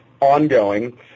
ongoing